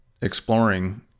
exploring